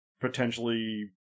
potentially